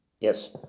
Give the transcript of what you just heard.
yes